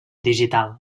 digital